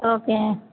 okay